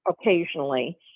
occasionally